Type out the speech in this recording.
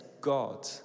God